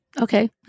Okay